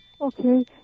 Okay